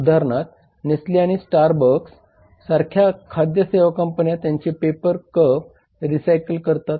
उदाहरणार्थ नेस्ले आणि स्टारबक्स सारख्या खाद्य सेवा कंपन्या त्यांचे पेपर कप रिसायकल करतात